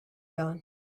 gun